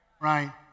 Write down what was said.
right